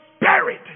buried